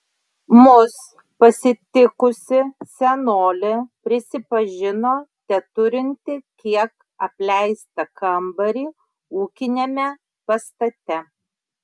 mus pasitikusi senolė prisipažino teturinti kiek apleistą kambarį ūkiniame pastate